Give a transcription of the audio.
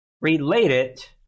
related